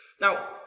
Now